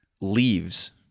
leaves